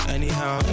Anyhow